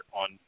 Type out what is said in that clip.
on